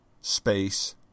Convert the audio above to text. space